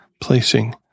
placing